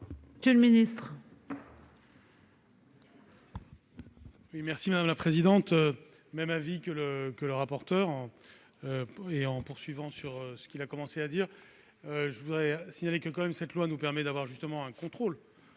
monsieur le ministre,